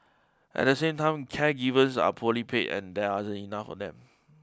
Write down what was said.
at the same time caregivers are poorly paid and there enough of them